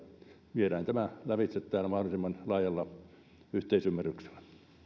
viedään tämä lävitse täällä mahdollisimman laajalla yhteisymmärryksellä